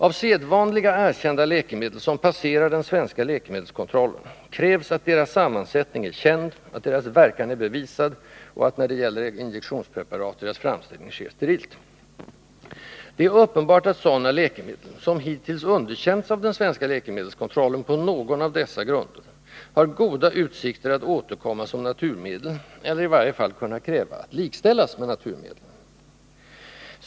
Av sedvanliga, erkända läkemedel, som passerar den svenska läkemedelskontrollen, krävs att deras sammansättning är känd, att deras verkan är bevisad och att, när det gäller injektionspreparat, deras framställning sker sterilt. Det är uppenbart att sådana läkemedel, som hittills underkänts av den svenska läkemedelskontrollen på någon av dessa grunder, har goda utsikter att återkomma som naturmedel, eller i varje fall kunna kräva att likställas med naturmedel.